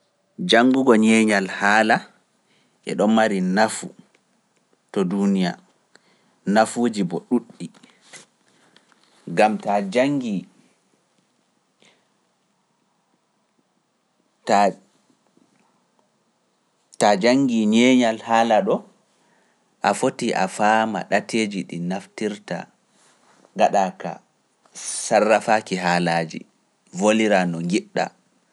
Janngugo ñeeñal haala e ɗon mari nafu to duuniya, nafuuji bo ɗuuɗɗi, ngam taa janngi ñeeñal haala ɗo, a foti a faama ɗateeji ɗi naftirta, gaɗaaka, sarrafaaki haalaaji, volira no njiɗɗa.